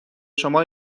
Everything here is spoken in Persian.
شما